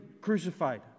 crucified